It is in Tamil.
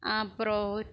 அப்புறோம்